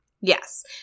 yes